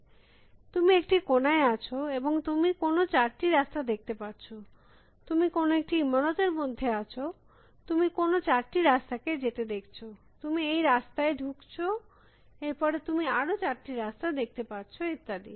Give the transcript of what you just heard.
সুতরাং তুমি একটি কোনায় আছ এবং তুমি কোনো 4টি রাস্তা দেখতে পারছ তুমি কোনো ইমারতের মধ্যে আছ তুমি কোনো 4টি রাস্তা কে যেতে দেখছ তুমি এই রাস্তায় ঢুকছ এর পরে তুমি আরো 4টি রাস্তা দেখতে পারছ ইত্যাদি